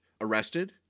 arrested